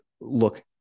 look